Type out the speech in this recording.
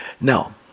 Now